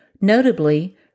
Notably